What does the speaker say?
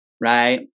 Right